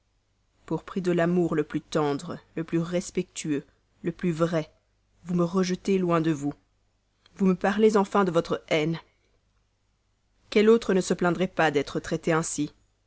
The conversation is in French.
pour prix de l'amour le plus tendre le plus vrai le plus respectueux vous me rejettez loin de vous vous me parlez enfin de votre haine quel autre ne se plaindrait pas d'être traité ainsi